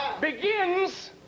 begins